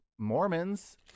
mormons